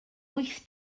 wyth